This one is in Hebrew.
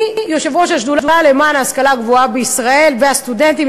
אני יושבת-ראש השדולה למען ההשכלה הגבוהה בישראל והסטודנטים,